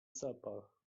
zapach